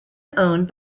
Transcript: owned